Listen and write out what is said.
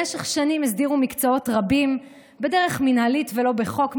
במשך שנים הסדירו מקצועות רבים בדרך מינהלית ולא בחוק,